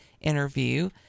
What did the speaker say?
interview